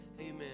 Amen